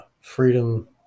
freedom